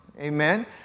Amen